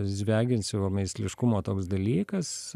zviagincevo meistliškumo toks dalykas